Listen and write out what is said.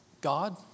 God